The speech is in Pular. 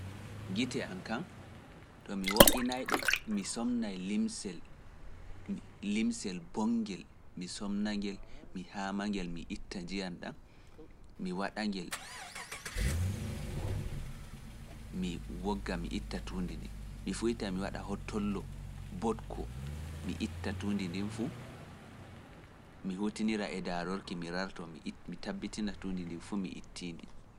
Gite an kaan, to mi wo'inaay ɗe, mi somnay limsel mboŋngel, mi somna ngel, mi haama ngel, mi itta nji’an ɗan, mi waɗa ngel, mi wogga, mi itta tuundi ndi, mi fuyta, mi waɗa hotollo, mboɗko, mi itta tuundi ndin fu, mi hutinira e daarorki, mi rarto, mi tabitina tuundi ndi fu, mi itti ndi.